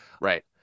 Right